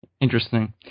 interesting